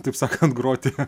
taip sakant groti